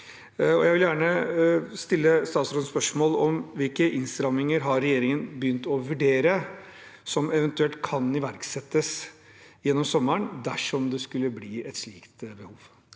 Jeg vil gjerne stille statsråden spørsmål om hvilke innstramminger regjeringen har begynt å vurdere som eventuelt kan iverksettes gjennom sommeren, dersom det skulle bli et slikt behov?